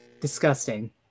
Disgusting